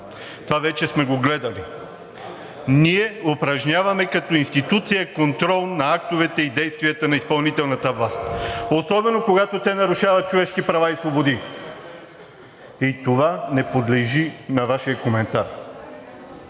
това вече сме го гледали. Ние упражняваме като институция контрол на актовете и действията на изпълнителната власт, особено когато те нарушават човешки права и свободи. И това не подлежи на Вашия коментар.